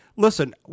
Listen